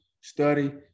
study